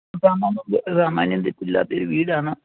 സാമാന്യം സാമാന്യം തെറ്റില്ലാത്ത ഒരു വീടാണ്